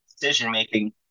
decision-making